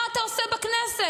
מה אתה עושה בכנסת?